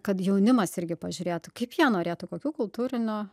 kad jaunimas irgi pažiūrėtų kaip jie norėtų kokių kultūrinių